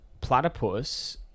platypus